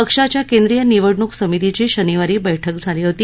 पक्षाच्या केंद्रीय निवडणूक समितीची शनिवारी बैठक झाली होती